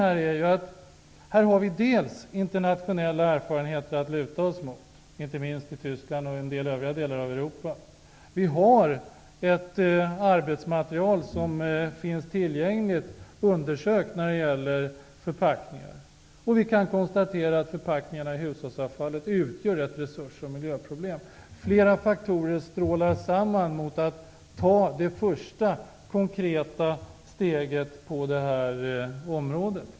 Här har vi internationella erfarenheter att luta oss mot, inte minst från Tyskland och andra delar av Europa. Ett arbetsmaterial finns tillgängligt när det gäller förpackningar. Vi kan konstatera att förpackningarna i hushållsavfallet utgör ett resursoch miljöproblem. Flera faktorer strålar samman mot att vi skall ta det första konkreta steget på detta område.